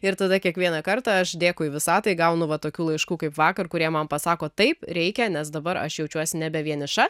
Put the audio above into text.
ir tada kiekvieną kartą aš dėkui visatai gaunu va tokių laiškų kaip vakar kurie man pasako taip reikia nes dabar aš jaučiuosi nebe vieniša